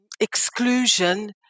exclusion